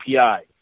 API